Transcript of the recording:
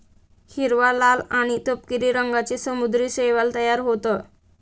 हिरवा, लाल आणि तपकिरी रंगांचे समुद्री शैवाल तयार होतं